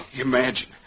Imagine